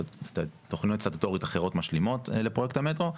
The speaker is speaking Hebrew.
תכניות סטטוטוריות אחרות משלימות לפרויקט המטרו,